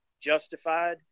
justified